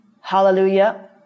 Hallelujah